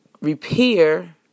repair